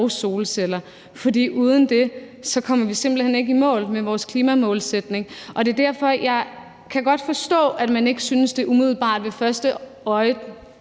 solceller, for uden det kommer vi simpelt hen ikke i mål med vores klimamålsætning. Jeg kan godt forstå, at man ikke synes, at det umiddelbart og ved første